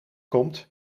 komt